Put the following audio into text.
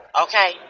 Okay